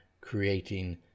creating